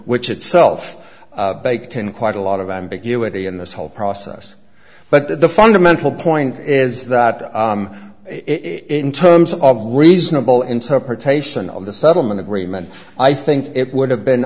which itself baked in quite a lot of ambiguity in this whole process but the fundamental point is that it in terms of reasonable interpretation of the settlement agreement i think it would have been